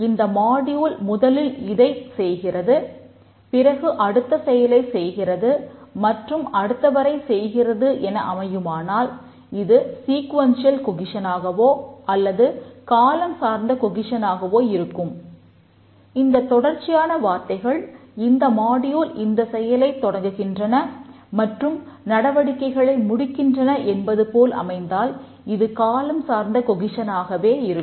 இந்தத் தொடர்ச்சியான வார்த்தைகள் இந்த மாடியூல் இருக்கும்